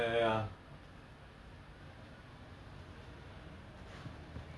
and all that kind of movies ya samantha ஓட:oda என்ன படம்:enna padam theri